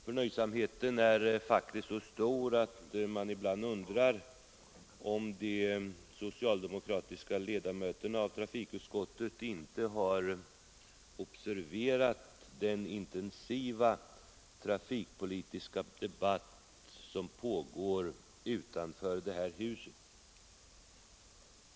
Förnöjsamheten är faktiskt så stor att man ibland undrar om de socialdemokratiska ledamöterna i trafikutskottet inte har observerat den intensiva trafikpolitiska debatt som förs utanför det här huset.